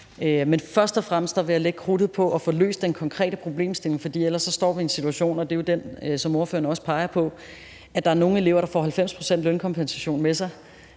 vil først og fremmest bruge krudtet på at få løst den konkrete problemstilling, for ellers står vi i den situation, og det er jo den, som spørgeren også peger på, at der er nogle elever, der får en lønkompensation på 90